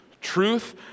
Truth